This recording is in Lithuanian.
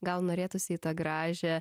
gal norėtųsi į tą gražią